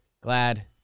glad